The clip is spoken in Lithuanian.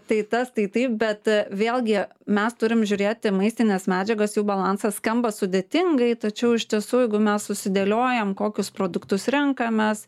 tai tas tai taip bet vėlgi mes turim žiūrėti maistines medžiagas jų balansas skamba sudėtingai tačiau iš tiesų jeigu mes susidėliojam kokius produktus renkamės